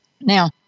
Now